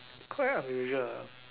quite unusual ah